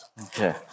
Okay